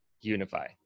unify